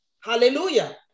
hallelujah